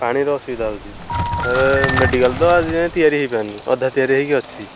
ପାଣିର ଅସୁବିଧା ହେଉଛି ତାପରେ ମେଡ଼ିକାଲ ତ ଆଜି ଯାଏ ତିଆରି ହୋଇପାରୁନି ଅଧା ତିଆରି ହୋଇକି ଅଛି